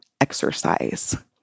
exercise